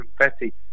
confetti